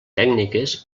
tècniques